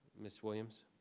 miss williams?